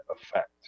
effect